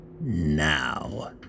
Now